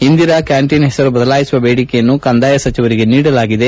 Indira canteen ಹೆಸರು ಬದಲಾಯಿಸುವ ಬೇಡಿಕೆಯನ್ನು ಕಂದಾಯ ಸಚಿವರಿಗೆ ನೀಡಲಾಗಿದೆ